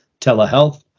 telehealth